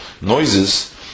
noises